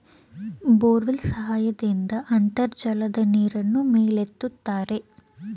borewell ಸಹಾಯದಿಂದ ಅಂತರ್ಜಲದ ನೀರನ್ನು ಮೇಲೆತ್ತುತ್ತಾರೆ